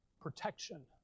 protection